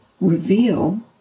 reveal